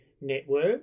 network